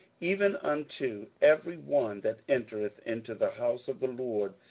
even unto every one that entereth into the house of the lord,